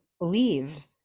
leave